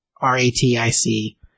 R-A-T-I-C